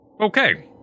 Okay